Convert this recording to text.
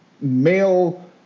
male